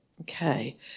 Okay